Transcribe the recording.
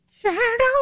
Shadow